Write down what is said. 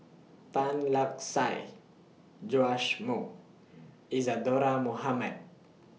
Tan Lark Sye Joash Moo Isadhora Mohamed